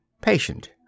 patient